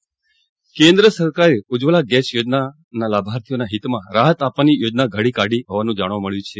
Ujjwala gas યોજના કેન્દ્ર સરકારે ઉજ્જવલા ગેસ યોજનાના લાભાર્થીઓના હિતમાં રાહત આપવાની યોજના ઘડી કાઢી હોવાનું જાણવા મળ્યું છે